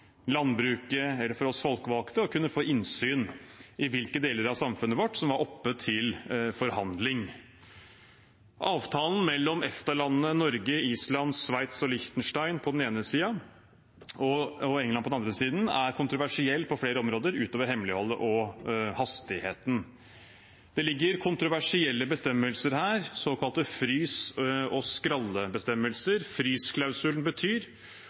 landbruket eller for oss folkevalgte å få innsyn i hvilke deler av samfunnet vårt som var oppe til forhandling. Avtalen mellom EFTA-landene Norge, Island, Sveits og Liechtenstein på den ene siden og England på den andre siden er kontroversiell på flere områder utover hemmeligholdet og hastigheten. Det ligger kontroversielle bestemmelser her, såkalte frys- og skrallebestemmelser. Frysklausulen betyr